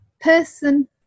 person